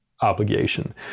obligation